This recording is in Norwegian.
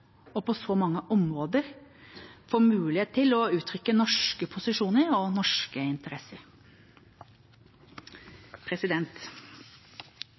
og på så mange områder får mulighet til å uttrykke norske posisjoner og norske interesser.